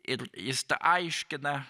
ir jis aiškina